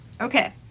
Okay